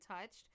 touched